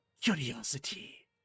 curiosity